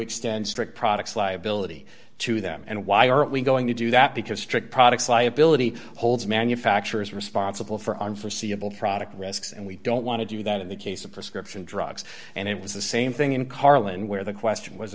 extend strict products liability to them and why aren't we going to do that because strict products liability holds manufacturers responsible for on forseeable product risks and we don't want to do that in the case of prescription drugs and it was the same thing in carlin where the question was